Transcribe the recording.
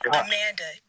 amanda